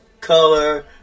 color